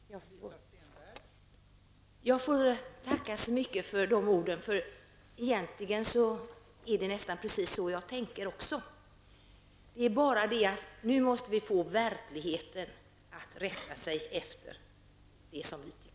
Fru talman! Jag får tacka så mycket för dessa ord. Egentligen är det precis så som jag också tänker. Nu måste vi få verkligheten att rätta sig efter det som uttrycks här.